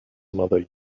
mother